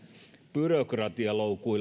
byrokratialoukut